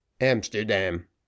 Amsterdam